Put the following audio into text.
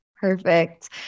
Perfect